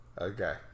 Okay